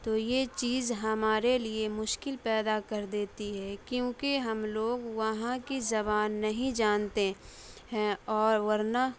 تو یہ چیز ہمارے لیے مشکل پیدا کر دیتی ہے کیونکہ ہم لوگ وہاں کی زبان نہیں جانتے ہیں اور ورنہ